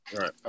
Right